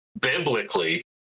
biblically